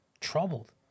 Troubled